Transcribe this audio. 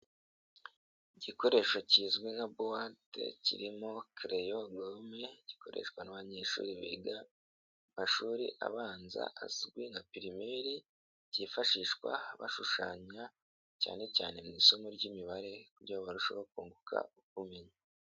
Igikoresho kizwi nka bowate, kirimo kereyo, gome, gikoreshwa n'abanyeshuri biga mu mashuri abanza azwi nka pirimeri, byifashishwa bashushany,a cyane cyane mu isomo ry'imibare kugira ngo barusheho kunguka ubumenyi.